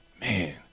man